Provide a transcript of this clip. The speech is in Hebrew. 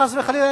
חס וחלילה,